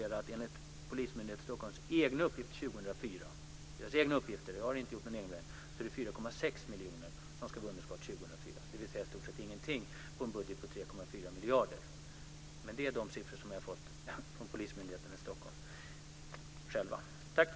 Enligt uppgift från Polismyndigheten i Stockholm - och det är dess egna uppgifter - blir det 4,6 miljoner i underskott år 2004, dvs. i stor sett ingenting på en budget på 3,4 miljarder. Det är de siffror som jag har fått från